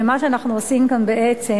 ומה שאנחנו עושים כאן בעצם,